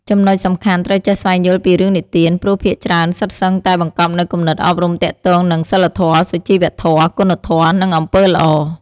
ចំណុចសំខាន់ ត្រូវចេះស្វែងយល់ពីរឿងនិទាន ព្រោះភាគច្រើនសុទ្ធសឹងតែបង្កប់នូវគំនិតអប់រំទាក់ទងនឹង សីលធម៌ សុជីវធម៌ គុណធម៌ និងអំពើល្អ។